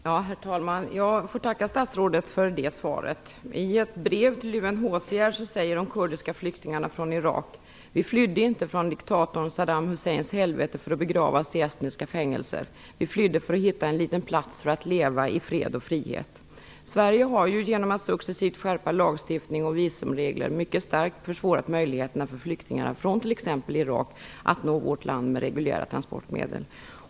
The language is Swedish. Herr talman! Jag får tacka statsrådet för svaret. I ett brev till UNHCR säger de kurdiska flyktingarna från Irak: Vi flydde inte från diktatorn Saddam Husseins helvete för att begravas i estniska fängelser. Vi flydde för att hitta en liten plats för att leva i fred och frihet. Sverige har, genom att successivt skärpa lagstiftning och visumregler, mycket starkt försvårat för flyktingar från t.ex. Irak att nå vårt land med reguljära transportmedel.